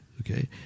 Okay